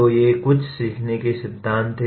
तो ये कुछ सीखने के सिद्धांत हैं